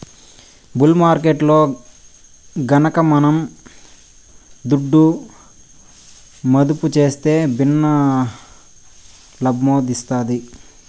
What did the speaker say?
bull మార్కెట్టులో గనక మనం దుడ్డు మదుపు సేస్తే భిన్నే లాబ్మొస్తాది